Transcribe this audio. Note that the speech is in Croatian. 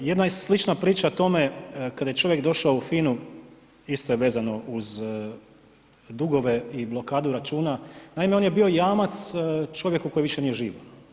Jedna je slična priča tome kada je čovjek došao u FINU isto je vezano uz dugove i blokadu računa, naime on je bio jamac čovjeku koji više nije živ.